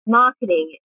marketing